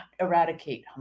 eradicate